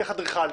צריך אדריכל,